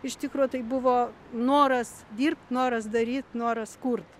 iš tikro tai buvo noras dirbt noras daryt noras kurt